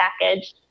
package